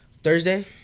Thursday